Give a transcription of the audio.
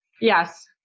Yes